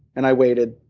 and i waited,